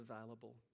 available